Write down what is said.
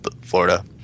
Florida